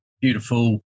beautiful